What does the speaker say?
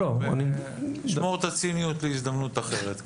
נשמור את הציניות להזדמנות אחרת.